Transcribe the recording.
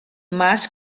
mas